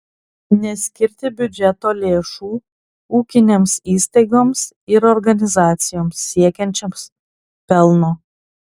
neskirti biudžeto lėšų ūkinėms įstaigoms ir organizacijoms siekiančioms pelno